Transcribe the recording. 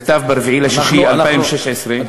כתב ב-4 ביוני 2016,